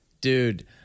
Dude